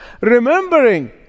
Remembering